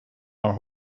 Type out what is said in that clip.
are